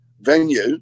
venue